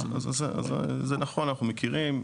זה נכון, אנחנו מכירים.